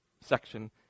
section